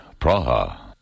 Praha